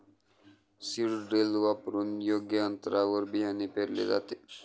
seed drill वापरून योग्य अंतरावर बियाणे पेरले जाते